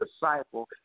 disciple